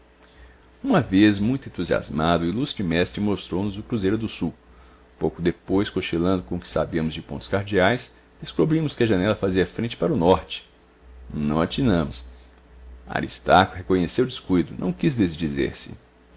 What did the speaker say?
uma vez muito entusiasmado o ilustre mestre mostrou nos o cruzeiro do sul pouco depois cochichando com o que sabíamos de pontos cardeais descobrimos que a janela fazia frente para o norte não atinamos aristarco reconheceu o descuido não quis desdizer se